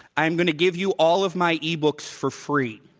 i'm going to give you all of my e books for free